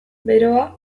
beroa